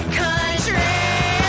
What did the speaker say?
country